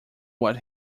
what